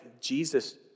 Jesus